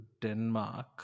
Denmark